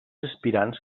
aspirants